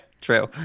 true